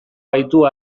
baitu